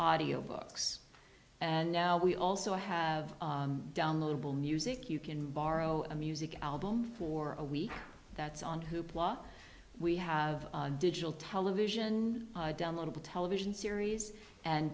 audio books and now we also have downloadable music you can borrow a music album for a week that's on hoopla we have digital television downloadable television series and